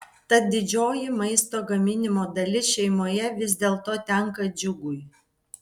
tad didžioji maisto gaminimo dalis šeimoje vis dėlto tenka džiugui